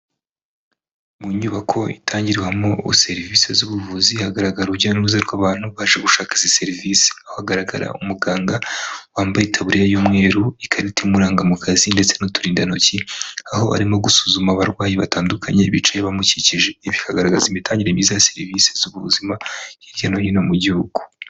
Mu nyubako itangirwamo serivisi z'ubuvuzi hagaragara urujya n'uruza rw'abantu baje gushaka izi serivisi ahagaragara umuganga wambaye itaburiya y'umweru ikarita imuranga mu kazi ndetse n'uturindantoki aho arimo gusuzuma abarwayi batandukanye bicaye bamukikije bikagaragaza imitangire myiza ya serivisi z'ubuzima hirya no hino mu gihugu.